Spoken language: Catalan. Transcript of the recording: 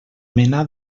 mena